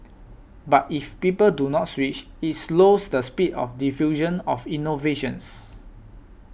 but if people do not switch it slows the speed of diffusion of innovations